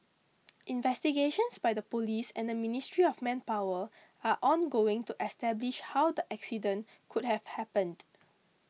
investigations by the police and the Ministry of Manpower are ongoing to establish how the accident could have happened